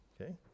Okay